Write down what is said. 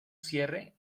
cierre